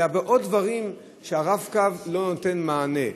אלא עוד דברים שעליהם הרב-קו לא נותן מענה.